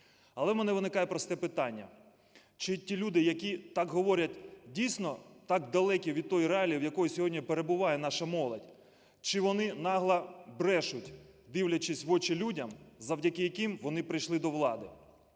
але в мене виникає просте питання: чи ті люди, які так говорять, дійсно так далекі від тої реалії, в якій сьогодні перебуває наша молодь, чи вони нагло брешуть, дивлячись в очі людям, завдяки яким вони прийшли до влади?